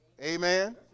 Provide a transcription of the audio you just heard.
amen